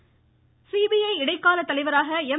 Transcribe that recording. Gogoi CBI இடைக்கால தலைவராக M